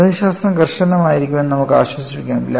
ഗണിതശാസ്ത്രം കർശനമായിരുന്നെന്ന് നമുക്ക് ആശ്വസിക്കാം